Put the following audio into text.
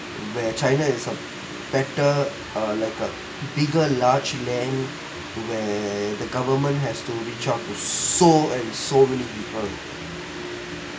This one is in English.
where china is a better uh like a bigger large land where the government has to so and so many people